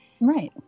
Right